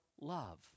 love